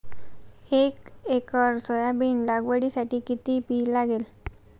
एक acre soybean लागवडीसाठी किती बी लागेल?